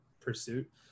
pursuit